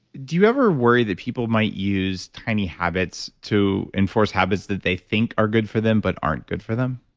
do you ever worry that people might use tiny habits to enforce habits that they think are good for them but aren't good for them?